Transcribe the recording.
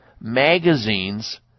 magazines